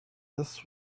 this